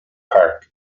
park